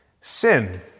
Sin